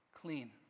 Clean